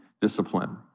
discipline